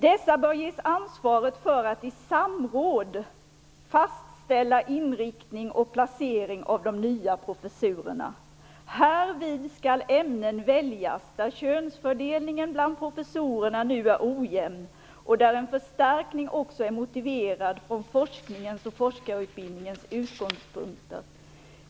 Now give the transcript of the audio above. Dessa "bör ges ansvaret för att i samråd --- fastställa inriktning och placering av de nya professurerna. Härvid skall ämnen väljas där könsfördelningen bland professorerna nu är ojämn och där en förstärkning också är motiverad från forskningens och forskarutbildningens utgångspunkter.